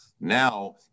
Now